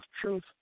truth